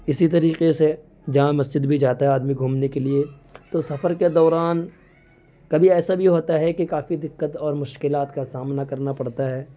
اسی طریقے سے جامع مسجد بھی جاتا ہے آدمی گھومنے کے لیے تو سفر کے دوران کبھی ایسا بھی ہوتا ہے کہ کافی دِقّت اور مشکلات کا سامنا کرنا پڑتا ہے